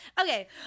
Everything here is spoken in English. Okay